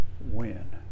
win